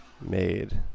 made